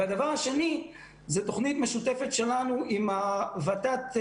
הדבר השני הוא תוכנית משותפת שלנו עם ות"ת-מל"ג,